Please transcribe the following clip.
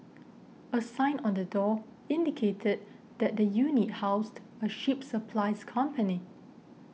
a sign on the door indicated that the unit housed a ship supplies company